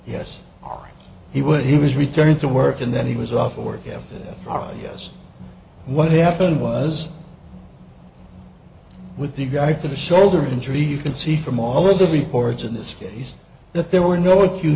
yes he would he was returning to work and then he was off work after all yes what happened was with the guy for the shoulder injury you can see from all of the reports in this case that there were no acute